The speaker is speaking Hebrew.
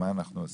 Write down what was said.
מה אנחנו עושים.